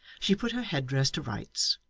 she put her head-dress to rights,